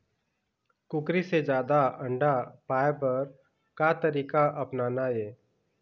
कुकरी से जादा अंडा पाय बर का तरीका अपनाना ये?